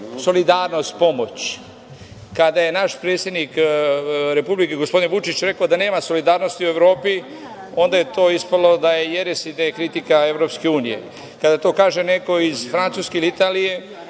solidarnost, pomoć. Kada je naš predsednik Republike gospodin Vučić rekao da nema solidarnosti u Evropi, onda je to ispalo da je jeres i da je kritika EU. Kada to kaže neko iz Francuske ili Italije,